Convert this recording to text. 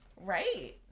right